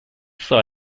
saw